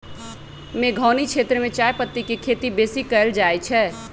मेघौनी क्षेत्र में चायपत्ति के खेती बेशी कएल जाए छै